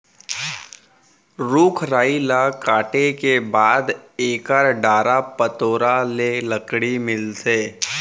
रूख राई ल काटे के बाद एकर डारा पतोरा ले लकड़ी मिलथे